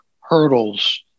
hurdles